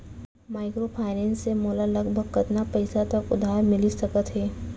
Microfinance से मोला लगभग कतना पइसा तक उधार मिलिस सकत हे?